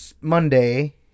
Monday